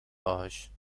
باهاش